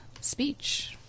speech